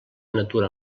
natura